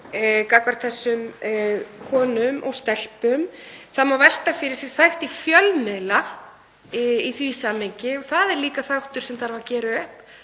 gagnvart þessum konum og stelpum. Það má velta fyrir sér þætti fjölmiðla í því samhengi og það er líka þáttur sem þarf að gera upp;